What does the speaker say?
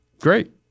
Great